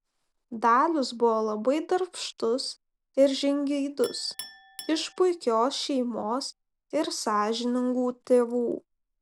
dalius buvo labai darbštus ir žingeidus iš puikios šeimos ir sąžiningų tėvų